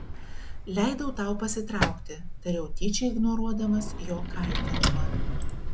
leidau tau pasitraukti tariau tyčia ignoruodamas jo kaltinimą